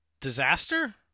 disaster